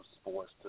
sports